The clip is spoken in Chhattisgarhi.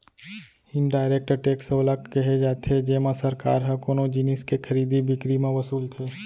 इनडायरेक्ट टेक्स ओला केहे जाथे जेमा सरकार ह कोनो जिनिस के खरीदी बिकरी म वसूलथे